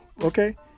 okay